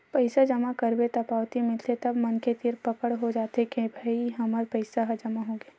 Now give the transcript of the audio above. पइसा जमा करबे त पावती मिलथे तब मनखे तीर पकड़ हो जाथे के भई हमर पइसा ह जमा होगे